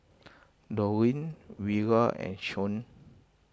Dorine Vira and Shon